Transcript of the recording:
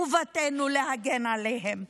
חובתנו להגן עליהם,